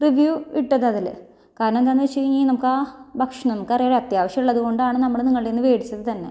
review ഇട്ടത് അതില് കാരണം എന്താന്ന് വച്ച് കഴിഞ്ഞാൽ നമുക്കാ ഭക്ഷണം നിങ്ങൾക്ക് ആറിയാമല്ലോ അത്യാവശ്യമുള്ളത് കൊണ്ടാണ് നമ്മള് നിങ്ങളുടെ കയ്യിൽ നിന്ന് മേടിച്ചത് തന്നെ